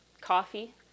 coffee